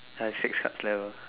I have six shark levers